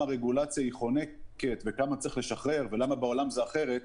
רגולציה חונקת וכמה צריך לשחרר ולמה בעולם זה אחרת,